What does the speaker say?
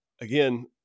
again